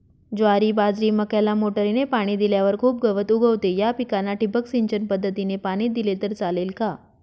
ज्वारी, बाजरी, मक्याला मोटरीने पाणी दिल्यावर खूप गवत उगवते, या पिकांना ठिबक सिंचन पद्धतीने पाणी दिले तर चालेल का?